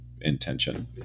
intention